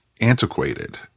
antiquated